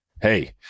hey